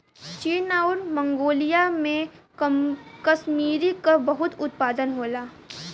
चीन आउर मन्गोलिया में कसमीरी क बहुत उत्पादन होला